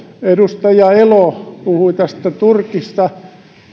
edustaja elo puhui turkista